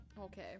Okay